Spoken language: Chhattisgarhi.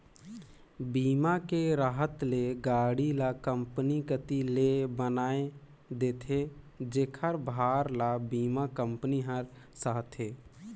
बीमा के रहत ले गाड़ी ल कंपनी कति ले बनाये देथे जेखर भार ल बीमा कंपनी हर सहथे